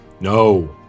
no